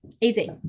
easy